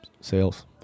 Sales